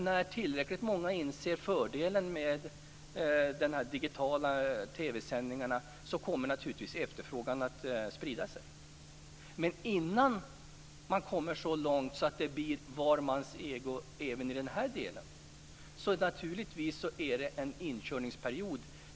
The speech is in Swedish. När tillräckligt många inser fördelarna med de digitala TV sändningarna kommer naturligtvis efterfrågan att sprida sig. Innan man kommer så långt att detta blir var mans egendom, är det naturligtvis en inkörningsperiod.